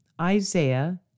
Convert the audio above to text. Isaiah